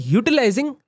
utilizing